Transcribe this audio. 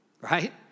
Right